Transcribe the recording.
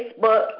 Facebook